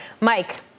Mike